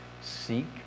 seek